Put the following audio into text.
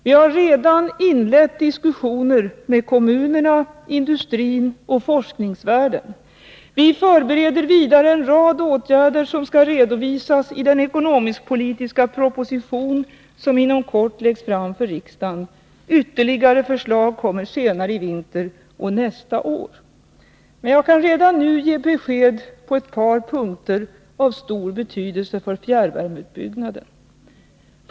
Vi har redan inlett diskussioner med kommunerna, industrin och forskningsvärlden. Vi förbereder vidare en rad åtgärder som kommer att presenteras i den ekonomiskpolitiska proposition som inom kort läggs fram för riksdagen. Ytterligare förslag kommer senare i vinter och nästa år. Men jag kan redan nu ge besked på ett par punkter av stor betydelse för fjärrvärmeutbyggnaden.